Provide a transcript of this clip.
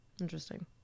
interesting